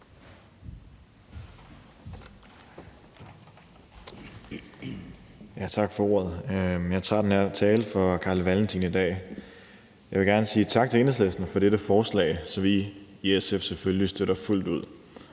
Tak for ordet. Jeg holder den her tale i dag på vegne af hr. Carl Valentin. Jeg vil gerne sige tak til Enhedslisten for dette forslag, som vi i SF selvfølgelig støtter fuldt ud.